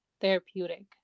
therapeutic